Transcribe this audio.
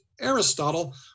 Aristotle